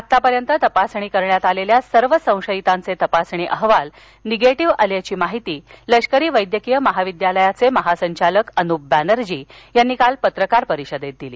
आत्तापर्यंत तपासणी करण्यात आलेल्या सर्व संशयीतांचे तपासणी अहवाल निगेटिव्ह आल्याची माहिती लष्करी वैद्यकीय महाविद्यालयाचे महासंचालक अनुप बॅनर्जी यांनी काल पत्रकार परिषदेत दिली